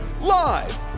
Live